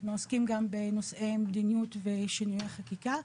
אנחנו עוסקים גם בנושאי מדיניות ושינויי החקיקה,